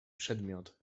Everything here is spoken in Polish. przedmiot